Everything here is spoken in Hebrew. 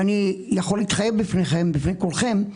אני יכול להתחייב בפניכם, בפני כולכם,